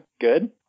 good